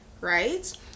right